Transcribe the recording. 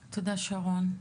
תודה, שרון.